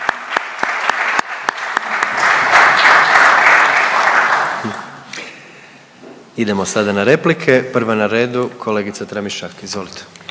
Idemo sada na repliku. Prva na redu kolegica Tramišak, izvolite.